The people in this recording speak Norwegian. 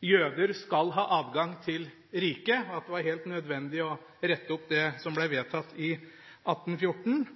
jøder skal ha adgang til riket, og at det var helt nødvendig å rette opp det som ble vedtatt i 1814.